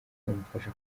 umufasha